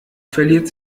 verliert